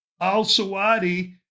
Al-Sawadi